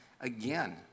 again